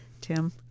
Tim